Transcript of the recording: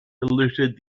polluted